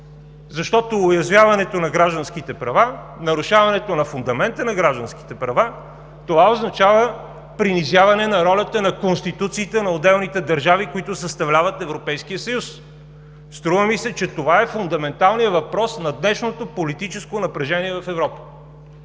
Защото уязвяваното на гражданските права, нарушаването на фундамента на гражданските права означава принизяване ролята на конституциите на отделните държави, които съставляват Европейския съюз. Струва ми се, че това е фундаменталният въпрос на днешното политическо напрежение в Европа.